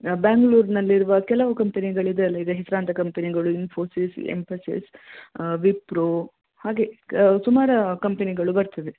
ಬ್ಯಾಂಗ್ಳೂರ್ನಲ್ಲಿರುವ ಕೆಲವು ಕಂಪನಿಗಳಿದೆಯೆಲ್ಲ ಈಗ ಹೆಸರಾಂತ ಕಂಪನಿಗಳು ಇನ್ಫೋಸಿಸ್ ಎಂಫಸಿಸ್ ವಿಪ್ರೊ ಹಾಗೆ ಸುಮಾರು ಕಂಪನಿಗಳು ಬರ್ತದೆ